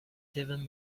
seven